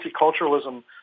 multiculturalism